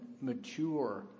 mature